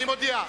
אני מודיע,